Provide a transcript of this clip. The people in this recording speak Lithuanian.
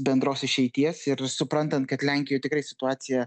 bendros išeities ir suprantant kad lenkijoj tikrai situacija